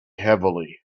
heavily